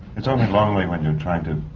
it's only lonely when you're trying to.